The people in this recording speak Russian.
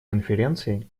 конференции